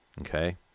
okay